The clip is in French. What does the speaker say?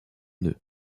nœud